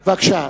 בבקשה.